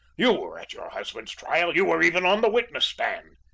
you were at your husband's trial you were even on the witness-stand?